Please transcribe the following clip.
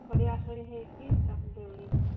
ଖଡ଼ିଆ ଖଡ଼ି ହେଇକି ତା'ପରେ ଦେଉଳି ଯିବା